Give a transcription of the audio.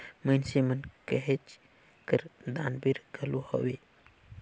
मइनसे मन कहेच कर दानबीर घलो हवें